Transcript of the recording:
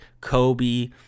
Kobe